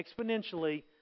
exponentially